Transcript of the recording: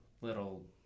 little